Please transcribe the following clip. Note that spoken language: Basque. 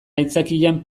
aitzakian